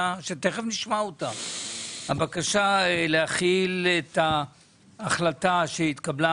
שתיכף נשמע אותה, הבקשה להחיל את ההחלטה שהתקבלה